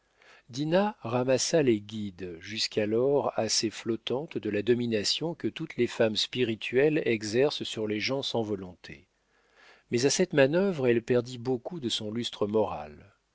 dinah ramassa les guides jusqu'alors assez flottantes de la domination que toutes les femmes spirituelles exercent sur les gens sans volonté mais à cette manœuvre elle perdit beaucoup de son lustre moral